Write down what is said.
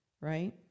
right